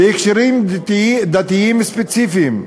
בהקשרים דתיים ספציפיים,